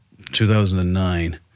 2009